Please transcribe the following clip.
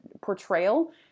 portrayal